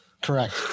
correct